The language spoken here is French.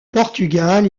portugal